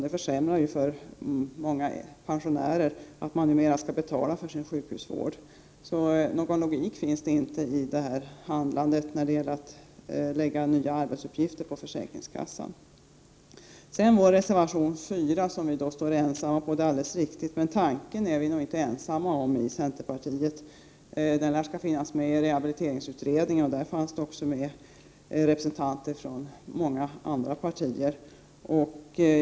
Det försämrar i stället för många pensionärer, att man numera skall betala för sin sjukhusvård. Någon logik finns det inte i handlandet när det gäller att lägga nya arbetsuppgifter på försäkringskassan. Vi står ensamma bakom reservation 4. Det är alldeles riktigt. Men tanken är vi nog inte ensamma om. Den lär skall finnas med i rehabiliteringsutredningen. Där fanns också representanter från många andra partier.